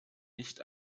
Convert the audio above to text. nicht